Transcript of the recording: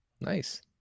Nice